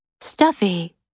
Stuffy